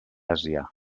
àsia